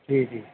جی جی